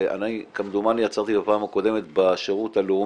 כמדומני אני עצרתי בפעם הקודמת בשירות הלאומי,